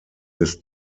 des